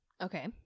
Okay